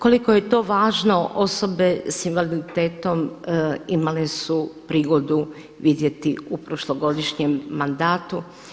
Koliko je to važno osobe s invaliditetom imale su prigodu vidjeti u prošlogodišnjem mandatu.